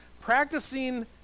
practicing